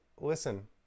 listen